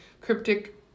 cryptic